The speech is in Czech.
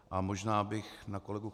A možná bych na kolegu